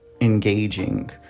engaging